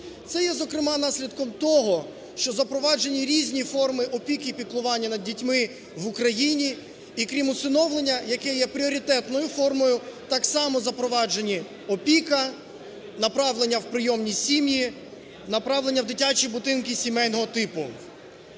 Це є, зокрема, наслідком того, що запроваджені різні форми опіки й піклування над дітьми в Україні. І, крім усиновлення, яке є пріоритетною формою, так само запроваджені: опіка, направлення у прийомні сім'ї, направлення в дитячі будинки сімейного типу.